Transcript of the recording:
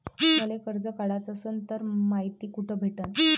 मले कर्ज काढाच असनं तर मायती कुठ भेटनं?